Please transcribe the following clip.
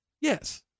Yes